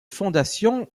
fondation